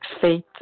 faith